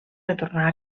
retornar